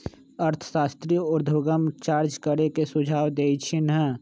अर्थशास्त्री उर्ध्वगम चार्ज करे के सुझाव देइ छिन्ह